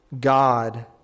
God